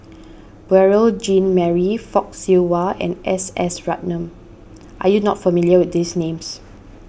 Beurel Jean Marie Fock Siew Wah and S S Ratnam are you not familiar with these names